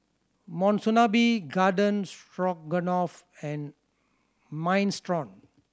Monsunabe Garden Stroganoff and Minestrone